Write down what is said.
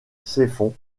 ceffonds